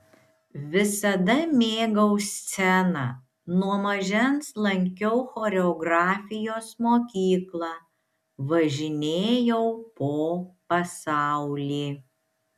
visada mėgau sceną nuo mažens lankiau choreografijos mokyklą važinėjau po pasaulį